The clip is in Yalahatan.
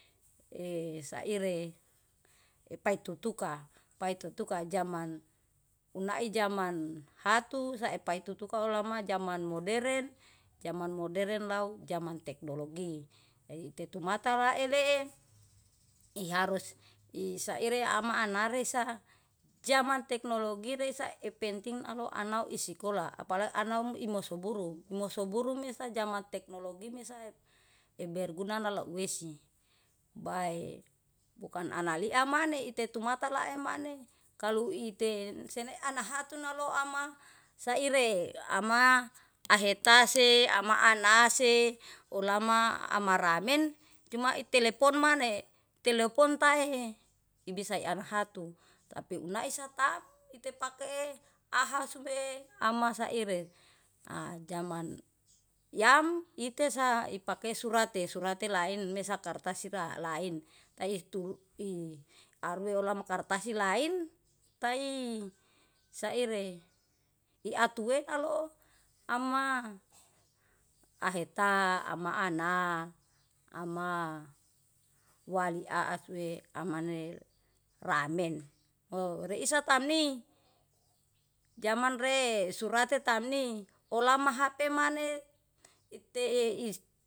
I saire upai tutuka, upaitutuka zaman unai zaman hatu saeupai tutuka olama zaman moderen, zaman moderen lau zaman teknologi. Jadi tetumata waelee, iharus isaire ama anaresa zaman teknologiresa ipenting alo anau isekola apale anau imosoburu. Imosoburu mesa zaman teknologi mesa eberguna nalowesi, bae bukan analia maneh itetumata lae maneh kalu ite sene anahatu naloa ma saire ama ahetase ama anase olama amaren. Cuma itelepon maneh, telepon tae ibisa ianahatu. Tapi unahi satam itepake ahasume ama saire, a zama yam itesa ipake surate. Surate laen mesa kartas sira lain, taihtu i arue olama kartahi lain taii saire iatuenalo ama ahetaa ama ana amaa wali aahsue amane ramen. O reisa tamni zamanre surati tamni olama hape maneh itee is.